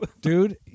Dude